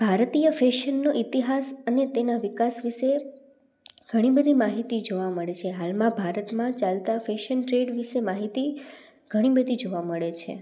ભારતીય ફેશનનો ઇતિહાસ અને તેના વિકાસ વિષે ઘણી બધી માહિતી જોવા મળે છે હાલમાં ભારતમાં ચાલતા ફેશન ટ્રેંડ વિષે માહિતી ઘણી બધી જોવા મળે છે